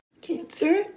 Cancer